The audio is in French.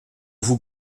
vous